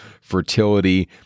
fertility